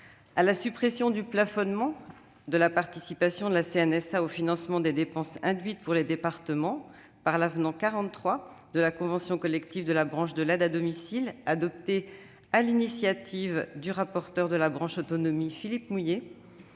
; la suppression du plafonnement de la participation de la CNSA au financement des dépenses induites, pour les départements, par l'avenant 43 de la convention collective de la branche de l'aide à domicile, adoptée sur l'initiative du rapporteur pour la branche autonomie, Philippe Mouiller